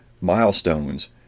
milestones